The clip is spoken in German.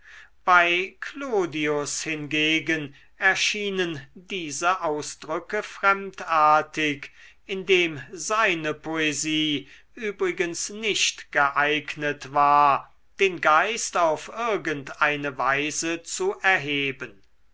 bei clodius hingegen erschienen diese ausdrücke fremdartig indem seine poesie übrigens nicht geeignet war den geist auf irgend eine weise zu erheben